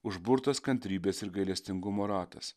užburtas kantrybės ir gailestingumo ratas